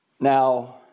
Now